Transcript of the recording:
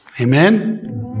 Amen